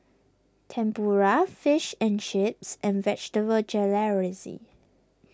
Tempura Fish and Chips and Vegetable Jalfrezi